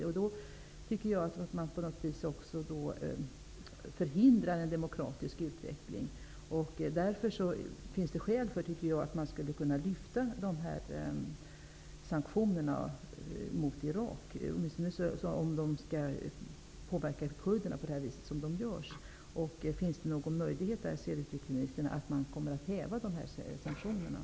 Jag tycker att man därigenom förhindrar en demokratisk utveckling. Därför finns det skäl att lyfta dessa sanktioner mot Irak, åtminstone om de skall påverka kurderna på det sätt som sker. Finns det enligt utrikesministern någon möjlighet att dessa sanktioner kommer att hävas?